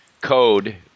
code